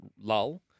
lull